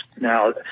Now